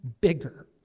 bigger